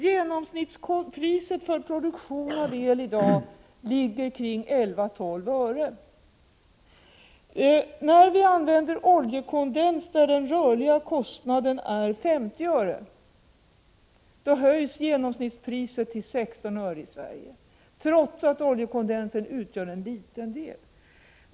Genomsnittspriset för produktion av el ligger i dag kring 11-12 öre. När vi använder oljekondens, där den rörliga kostnaden är 50 öre, höjs genomsnittspriset till 16 öre i Sverige, trots att oljekondens utgör en liten del.